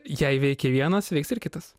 jei veikia vienas veiks ir kitas